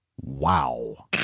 Wow